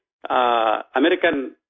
American